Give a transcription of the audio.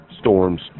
storms